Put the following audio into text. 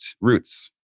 roots